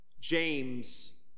James